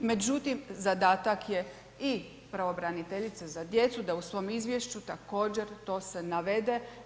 Međutim, zadatak je i pravobraniteljice za djecu, da u svom izvješću također to se uvede.